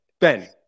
Ben